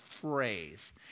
phrase